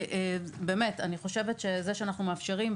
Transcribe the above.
אני חושבת שזה שאנחנו מאפשרים,